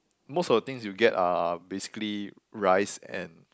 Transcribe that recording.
most of things you get are basically rice and